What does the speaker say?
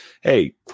Hey